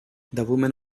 woman